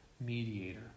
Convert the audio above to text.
mediator